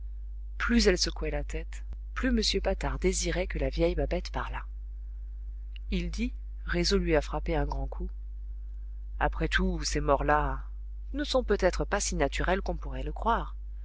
plus elle secouait la tête plus m patard désirait que la vieille babette parlât il dit résolu à frapper un grand coup après tout ces morts là ne sont peut-être pas si naturelles qu'on pourrait le croire